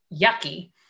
yucky